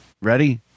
Ready